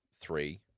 three